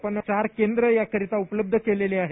आपण चार केंद्र याकरीता उपलब्ध केलेले आहेत